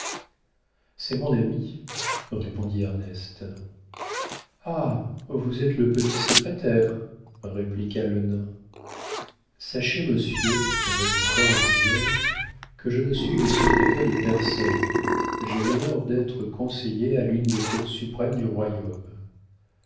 c'est mon ami répondit ernest ah vous êtes le petit secrétaire répliqua le nain sachez monsieur répliqua la brière que je ne suis le secrétaire de personne j'ai l'honneur d'être conseiller à l'une des cours suprêmes du royaume